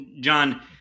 John